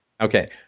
Okay